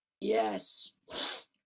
Yes